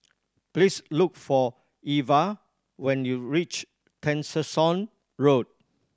please look for Irva when you reach Tessensohn Road